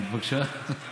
בבקשה?